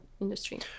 industry